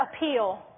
appeal